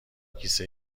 کیسه